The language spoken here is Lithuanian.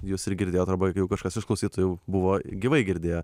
jūs ir girdėjot arba kažkas iš klausytojų buvo gyvai girdėjo